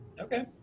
Okay